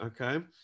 okay